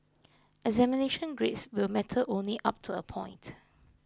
examination grades will matter only up to a point